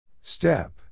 Step